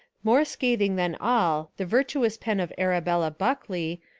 more scathing than all, the virtuous pen of arabella buckley,